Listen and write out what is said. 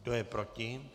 Kdo je proti?